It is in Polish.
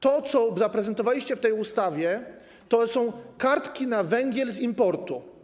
To, co zaprezentowaliście w tej ustawie, to są kartki na węgiel z importu.